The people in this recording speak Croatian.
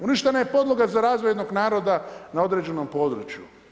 Uništena je podloga za razvoj jednog naroda na određenom području.